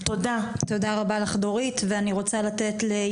בטוח אני לא מועסקת במאה אחוז משרה,